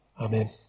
Amen